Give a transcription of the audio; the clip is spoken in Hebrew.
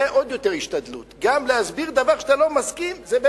זה עוד יותר השתדלות גם להסביר דבר שאתה לא מסכים אתו,